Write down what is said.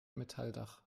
metalldach